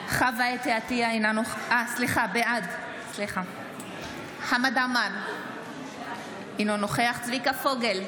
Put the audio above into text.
עטייה, בעד חמד עמאר, אינו נוכח צביקה פוגל,